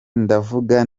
ndavuga